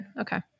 Okay